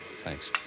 Thanks